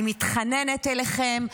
אני מתחננת אליכם,